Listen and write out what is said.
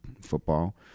football